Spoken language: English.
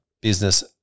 business